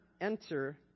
enter